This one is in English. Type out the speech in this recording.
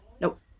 Nope